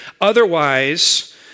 Otherwise